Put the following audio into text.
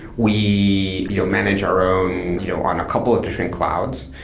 we you know manage our own you know on a couple of different clouds.